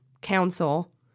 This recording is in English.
Council